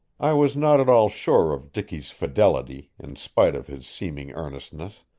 i was not at all sure of dicky's fidelity, in spite of his seeming earnestness,